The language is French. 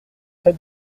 très